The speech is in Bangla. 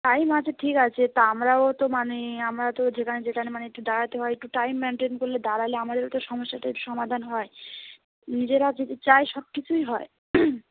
টাইম আছে ঠিক আছে তা আমরাও তো মানে আমরা তো যেখানে যেখানে মানে একটু দাঁড়াতে হয় একটু টাইম মেনটেন করলে দাঁড়ালে আমাদেরও তো সমস্যাটা তো সমাধান হয় নিজেরা যদি চাই সব কিছুই হয়